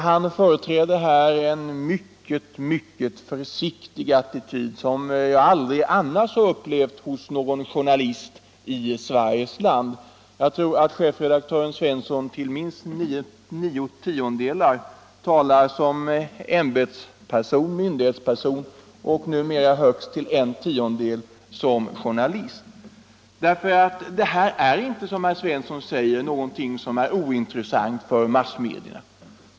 Han företräder här en mycket försiktig attityd, som jag aldrig annars har upplevt hos någon journalist. Jag tror att chefredaktören Svensson numera till minst nio tiondelar talar som myndighetsperson och högst en tiondel som journalist. Utskottsfrågningar är inte, som herr Svensson säger, ointressanta för massmedierna.